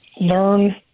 learn